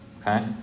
okay